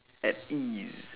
at ease